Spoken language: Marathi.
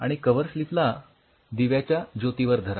आणि कव्हरस्लिपला दिव्याच्या ज्योतीवर धरा